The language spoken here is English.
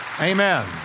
Amen